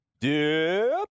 Dip